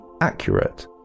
accurate